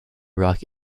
rock